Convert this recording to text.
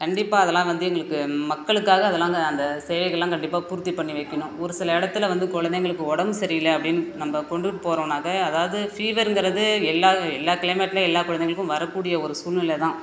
கண்டிப்பாக அதெலாம் வந்து எங்களுக்கு மக்களுக்காக அதெலாங்க அந்த சேவைகள்லாம் கண்டிப்பாக பூர்த்தி பண்ணி வைக்கிணும் ஒரு சில இடத்துல வந்து குழந்தைங்களுக்கு உடம்பு சரி இல்லை அப்படின்னு நம்ம கொண்டுகிட்டு போகிறோனாக்க அதாவது ஃபீவருங்கிறது எல்லா எல்லா க்ளைமேட்லேயும் எல்லா குழந்தைங்களுக்கும் வரக்கூடிய ஒரு சூழ்நிலை தான்